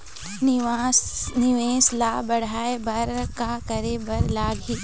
निवेश ला बड़हाए बर का करे बर लगही?